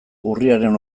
urriaren